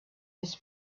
his